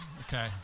Okay